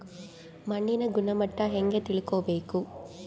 ಮಣ್ಣಿನ ಗುಣಮಟ್ಟ ಹೆಂಗೆ ತಿಳ್ಕೊಬೇಕು?